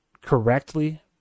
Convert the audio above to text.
correctly